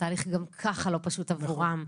התהליך גם ככה לא פשוט עבורם.